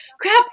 crap